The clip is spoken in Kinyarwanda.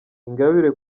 ingabire